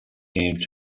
came